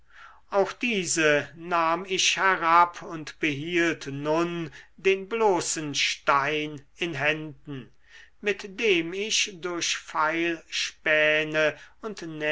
auch diese nahm ich herab und behielt nun den bloßen stein in händen mit dem ich durch feilspäne und